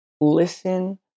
listen